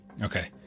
Okay